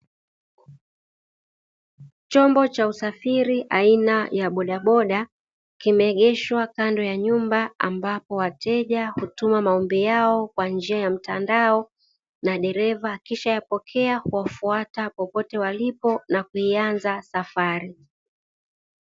Chombo cha usafiri aina ya bodaboda kimeegeshwa kando ya nyumba, ambapo wateja hutuma maombi yao kwa njia ya mtandao na dereva akishayapokea huwafuata kokote walipo na kuianza safari.